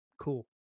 cool